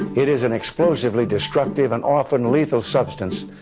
it is an exclusively destructive and often lethal substance,